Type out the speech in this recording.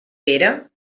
pere